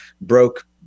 broke